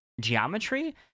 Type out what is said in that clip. geometry